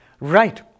Right